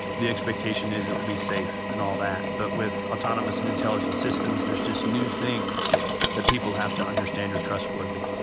the expectation is it will be safe and all that. but with autonomous and intelligent systems, there's just new things that people have to understand are trustworthy.